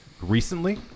recently